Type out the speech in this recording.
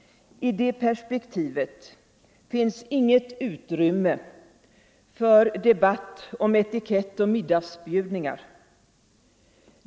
I det perspektivet finns inget utrymme för debatt om etikett och middagsbjudningar.